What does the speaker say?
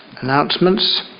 announcements